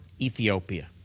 Ethiopia